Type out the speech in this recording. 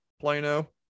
plano